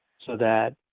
so that,